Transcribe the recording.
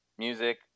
music